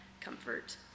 comfort